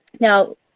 Now